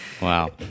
Wow